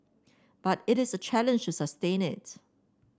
but it is a challenge to sustain it